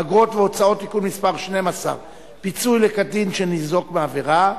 אגרות והוצאות (תיקון מס' 12) (פיצוי לקטין שניזוק מעבירה),